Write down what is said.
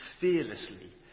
fearlessly